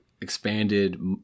expanded